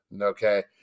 Okay